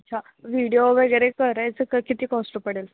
अच्छा व्हिडीओ वगैरे करायचं क किती कॉस्ट पडेल